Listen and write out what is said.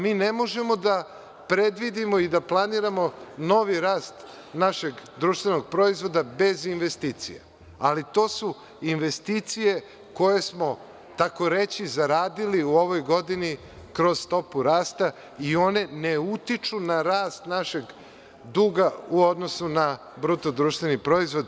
Mi ne možemo da predvidimo i da planiramo novi rast našeg društvenog proizvoda bez investicija, ali to su investicije koje smo takoreći zaradili u ovoj godini kroz stopu rasta i one ne utiču na rast našeg duga u odnosu na BDP.